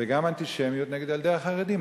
וגם אנטישמיות נגד ילדי החרדים.